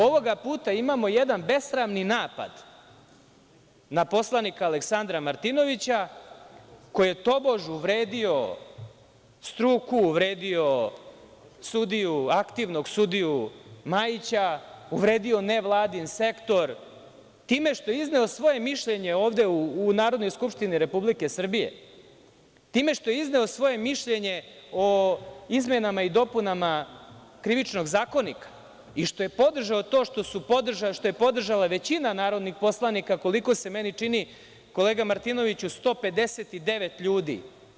Ovoga puta imamo jedan besramni napad na poslanika Aleksandra Martinovića, koji je tobož uvredio struku, uvredio aktivnog sudiju Majića, uvredio nevladin sektor time što je izneo svoje mišljenje ovde u Narodnoj skupštini Republike Srbije, time što je izneo svoje mišljenje o izmenama i dopunama Krivičnog zakonika i što je podržao to što je podržala većina narodnih poslanika, koliko se meni čini, kolega Martinoviću, 159 ljudi.